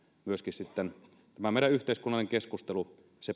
myöskin sitten tämä meidän yhteiskunnallinen keskustelumme